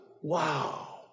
Wow